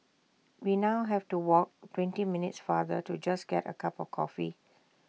we now have to walk twenty minutes farther to just get A cup of coffee